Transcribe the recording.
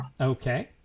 Okay